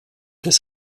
des